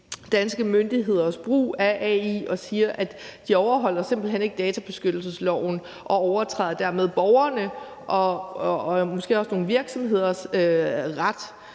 danske myndigheders brug af AI og siger, at de simpelt hen ikke overholder databeskyttelsesloven og dermed overtræder borgernes og måske også nogle virksomheders ret